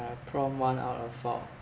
uh prompt one out of four